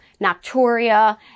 nocturia